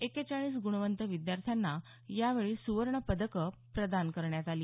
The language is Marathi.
एक्केचाळीस गुणवंत विद्यार्थ्यांना यावेळी सुवर्णपदकं प्रदान करण्यात आली